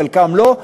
חלקם לא,